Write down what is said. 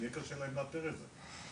יהיה קשה להם לאתר את זה.